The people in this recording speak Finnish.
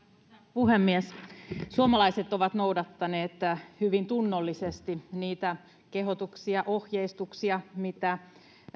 puhemies suomalaiset ovat noudattaneet hyvin tunnollisesti niitä kehotuksia ja ohjeistuksia mitä